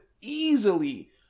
easily